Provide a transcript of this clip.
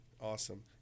Awesome